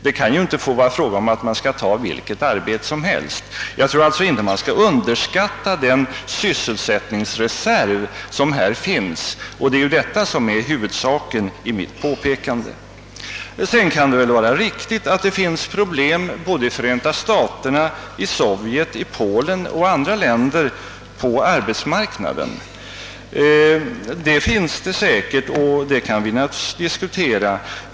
Det kan ju inte vara fråga om att man skall ta vilket arbete som helst. Jag tror alltså inte vi skall underskatta den sysselsättningsreserv som här finns, och det är detta som är huvudsaken i mitt påpekande. Naturligtvis kan det finnas problem på arbetsmarknaden i både Förenta staterna, Sovjet, Polen och andra länder, och dem kan vi naturligtvis diskutera.